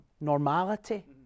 normality